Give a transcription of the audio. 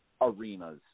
arenas